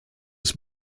club